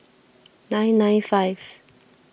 nine nine five